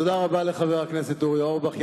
תודה רבה לחבר הכנסת אורי אורבך.